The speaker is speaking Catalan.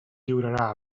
lliurarà